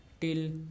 till